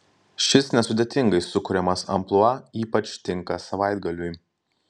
šis nesudėtingai sukuriamas amplua ypač tinka savaitgaliui